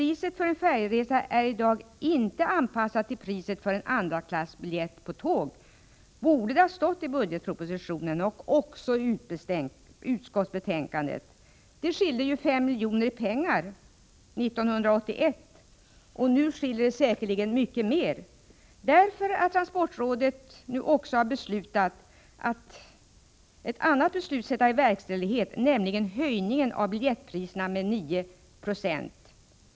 Det borde i budgetpropositionen och även i utskottsbetänkandet ha stått: Priset för en färjeresa är i dag inte anpassat till priset för en andraklassbiljett för tåg. Det skilde ju 5 miljoner i pengar 1981, och nu skiljer det säkerligen mycket mer. Transportrådet har nu nämligen bestämt att också ett annat beslut skall sättas i verkställighet, om höjning av biljettpriserna med 9 26.